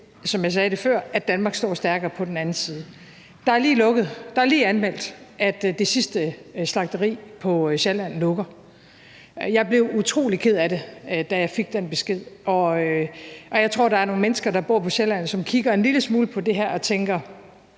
som jeg sagde det før, at Danmark står stærkere på den anden side. Det er lige anmeldt, at det sidste slagteri på Sjælland lukker. Jeg blev utrolig ked af det, da jeg fik den besked, og jeg tror, der er nogle mennesker, der bor på Sjælland, som kigger en lille smule på det her og tænker: